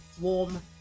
warm